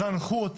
זנחו אותה.